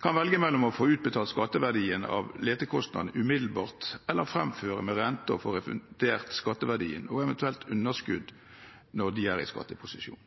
kan velge mellom å få utbetalt skatteverdien av letekostnadene umiddelbart og å fremføre med rente og få refundert skatteverdien av eventuelt underskudd når de er i skatteposisjon.